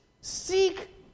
Seek